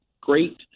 great